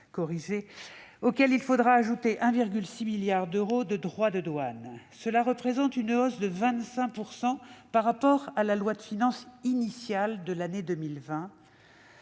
auxquels il faudra ajouter 1,6 milliard d'euros de droits de douane. Cela représente une hausse de 25 % par rapport à la loi de finances initiale de l'année 2020,